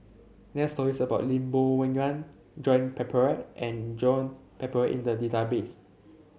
there are stories about Lim Bo Yam Joan Pereira and Joan Pereira in the database